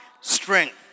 strength